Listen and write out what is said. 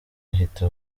ahita